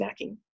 snacking